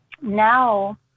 now